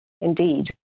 Indeed